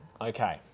Okay